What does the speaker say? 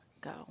go